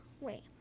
wait